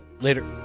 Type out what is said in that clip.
Later